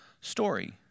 story